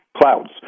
clouds